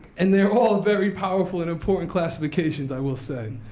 and they're all very powerful and important classifications, i will say.